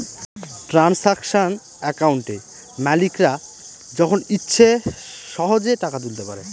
transaction একাউন্টে মালিকরা যখন ইচ্ছে সহেজে টাকা তুলতে পারে